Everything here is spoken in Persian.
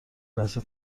لحظه